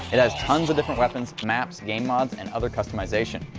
it has tons of different weapons, maps, game mods, and other customization.